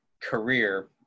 career